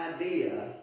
idea